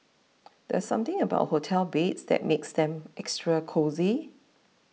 there's something about hotel beds that makes them extra cosy